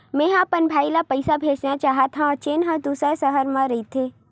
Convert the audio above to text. मेंहा अपन भाई ला पइसा भेजना चाहत हव, जेन हा दूसर शहर मा रहिथे